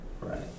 right